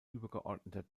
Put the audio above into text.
übergeordneten